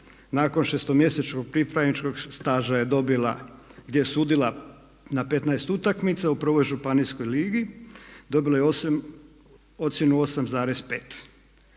nakon šestomjesečnog pripravničkog staža je dobila, je sudila na petnaest utakmica u prvoj županijskoj ligi, dobila je ocjenu 8,5.